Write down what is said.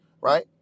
right